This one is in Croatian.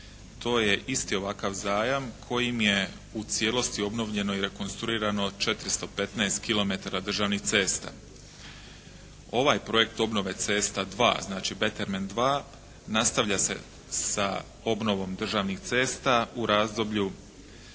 To je isti ovakav zajam kojim je u cijelosti obnovljeno i rekonstruirano 415 km državnih cesta. Ovaj projekt “obnove cesta II“, znači “beterment II“ nastavlja se sa obnovom državnih cesta u razdoblju